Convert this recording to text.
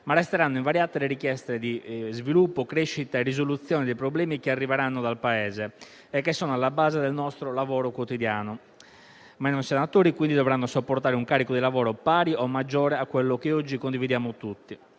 ma resteranno invariate le richieste di sviluppo, crescita e risoluzione dei problemi che arriveranno dal Paese e che sono alla base del nostro lavoro quotidiano. Un numero inferiore di senatori, quindi, dovrà sopportare un carico di lavoro pari o maggiore a quello che oggi condividiamo tutti.